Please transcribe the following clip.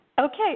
Okay